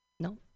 no